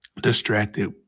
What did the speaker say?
distracted